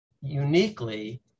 uniquely